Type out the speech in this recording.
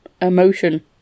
emotion